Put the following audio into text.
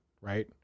Right